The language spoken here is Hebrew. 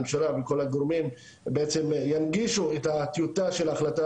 הממשלה וכל הגורמים בעצם ינגישו את הטיוטה של ההחלטה